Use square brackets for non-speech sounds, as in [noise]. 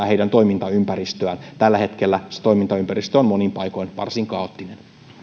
[unintelligible] heidän toimintaympäristöään tällä hetkellä se toimintaympäristö on monin paikoin varsin kaoottinen